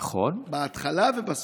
בהתחלה ובסוף.